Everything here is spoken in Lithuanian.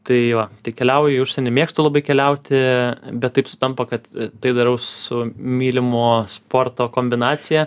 tai va tai keliauju į užsienį mėgstu labai keliauti bet taip sutampa kad tai darau su mylimo sporto kombinacija